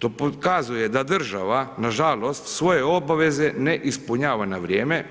To pokazuje da država na žalost, svoje obaveze ne ispunjava na vrijeme,